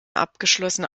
abgeschlossene